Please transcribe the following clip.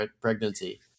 pregnancy